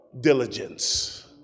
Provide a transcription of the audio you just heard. diligence